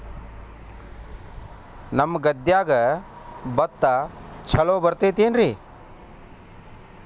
ನಿಮ್ಮ ಗದ್ಯಾಗ ಭತ್ತ ಛಲೋ ಬರ್ತೇತೇನ್ರಿ?